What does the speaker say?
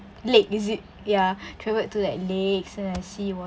lake is it ya travelled to like lakes and I see